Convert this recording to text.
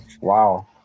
Wow